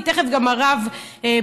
כי תכף גם הרב בן-דהן,